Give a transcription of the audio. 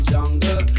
Jungle